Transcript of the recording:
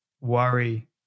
worry